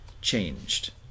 changed